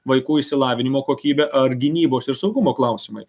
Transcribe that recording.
vaikų išsilavinimo kokybė ar gynybos ir saugumo klausimai